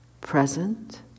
present